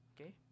Okay